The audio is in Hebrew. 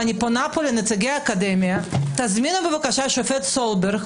ואני פונה פה לנציגי האקדמיה תזמינו בבקשה את השופט סולברג